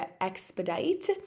expedite